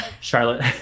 Charlotte